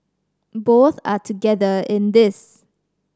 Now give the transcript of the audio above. both are together in this